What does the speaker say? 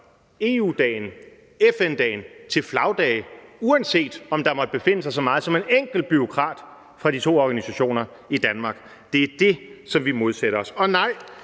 EU-dagen og FN-dagen, til flagdage, uanset om der måtte befinde sig så meget som en enkelt bureaukrat fra de to organisationer i Danmark. Det er det, som vi modsætter os. Og nej,